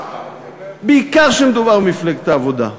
בעיקר כשמדובר במפלגת העבודה: